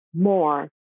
more